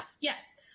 yes